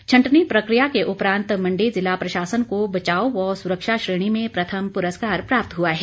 छंटनी प्रकिया के उपरांत मंडी जिला प्रशासन को बचाव व सुरक्षा श्रेणी में प्रथम पुरस्कार प्राप्त हुआ है